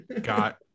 got